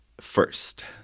first